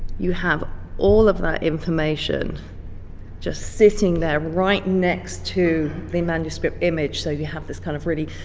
you have all of that information just sitting there right next to the manuscript image, so you have this kind of really,